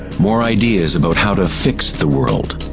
more ideas about how to fix the world,